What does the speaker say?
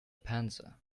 panza